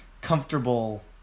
comfortable